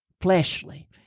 fleshly